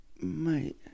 Mate